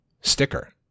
sticker